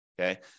okay